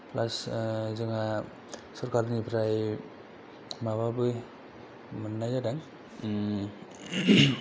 प्लास जोंहा सोरखारनिफ्राय माबाबो मोननाय जादों